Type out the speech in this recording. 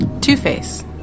Two-Face